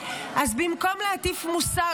אז במקום להטיף מוסר,